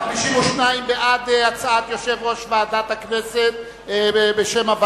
את הצעת חוק הפסקת הליכים ומחיקת רישומים בעניין תוכנית ההתנתקות,